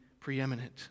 preeminent